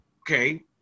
okay